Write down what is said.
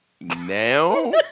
Now